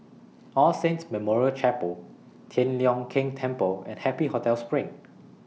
All Saints Memorial Chapel Tian Leong Keng Temple and Happy Hotel SPRING